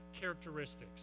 characteristics